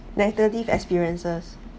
negative experiences